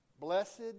Blessed